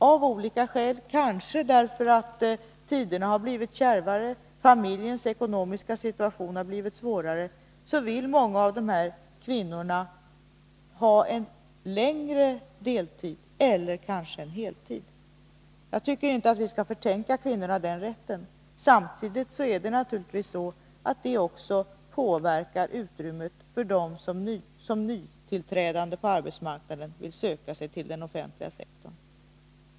Av olika skäl — kanske därför att tiderna har blivit kärvare och familjens ekonomiska situation har blivit svårare — vill många av de här kvinnorna ha en längre deltid eller kanske heltid. Jag tycker inte att vi skall förmena kvinnorna den rätten. Samtidigt är det naturligtvis också så att detta påverkar utrymmet för de nytillträdande på arbetsmarknaden som vill söka sig till den offentliga sektorn.